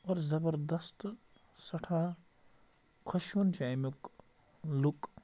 اور زَبردست تہٕ سٮ۪ٹھاہ خۄشوُن چھُ اَمیُک لُک